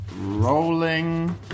Rolling